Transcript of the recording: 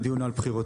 היה דיון על בחירות,